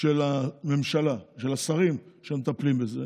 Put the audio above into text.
של הממשלה ושל השרים שמטפלים בזה,